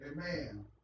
Amen